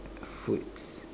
foods